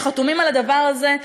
שחתומים על הדבר הזה,